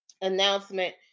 announcement